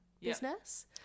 business